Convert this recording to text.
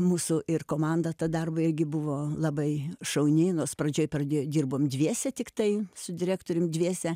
mūsų ir komanda tą darbą irgi buvo labai šauni nors pradžioj pradėjo dirbom dviese tiktai su direktorium dviese